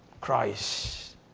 Christ